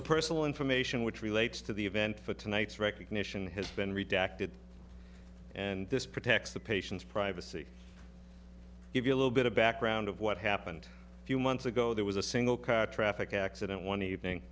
the personal information which relates to the event for tonight's recognition has been redacted and this protects the patient's privacy give you a little bit of background of what happened a few months ago there was a single car traffic accident one evening